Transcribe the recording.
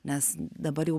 nes dabar jau